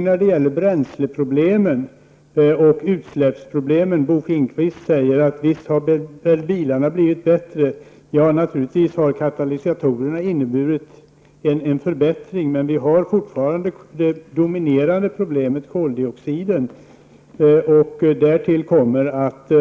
När det gäller bränsleproblemen och utsläppsproblemen säger Bo Finnkvist att bilarna har blivit bättre. Ja, katalysatorerna har naturligtvis inneburit en förbättring. Vi har fortfarande ett dominerande problem med koldioxiden. Därtill kommer att